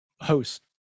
host